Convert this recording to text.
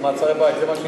על מעצרי-בית,